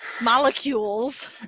molecules